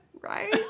right